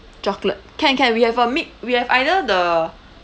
chocolate can can we have a mi~ we have either the